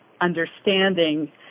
understanding